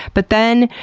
but then,